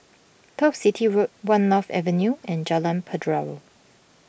Turf City Road one North Avenue and Jalan Pelajau